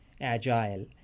agile